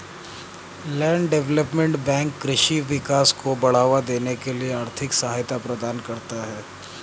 land development bank कृषि विकास को बढ़ावा देने के लिए आर्थिक सहायता प्रदान करता है